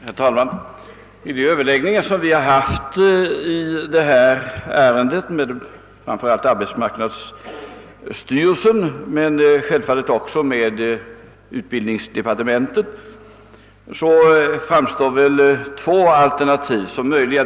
Herr talman! Vid de överläggningar som vi haft i detta ärende med framför allt arbetsmarknadsstyrelsen men självfallet också med utbildningsdepartementet har två alternativ framstått som möjliga.